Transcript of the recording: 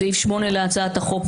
בסעיף 8 להצעת החוק,